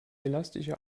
elastische